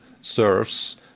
serves